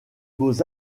beaux